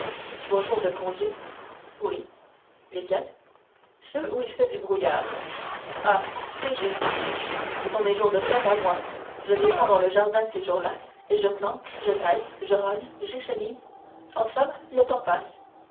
vos jours de congé oui lesquels ceux où il fait du brouillard ah c'est juste ce sont mes jours de fête à moi je descends dans le jardin ces jours-là et je plante je taille je rogne j'échenille en somme le temps passe